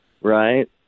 right